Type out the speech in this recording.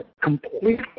completely